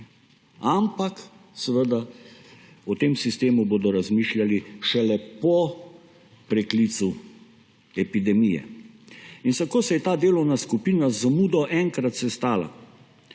Ampak seveda o tem sistemu bodo razmišljali šele po preklicu epidemije. In tako se je ta delovna skupina z zamudo enkrat sestala,